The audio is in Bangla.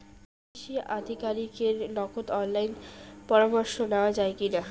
কৃষি আধিকারিকের নগদ অনলাইন পরামর্শ নেওয়া যায় কি না?